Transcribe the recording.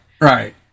right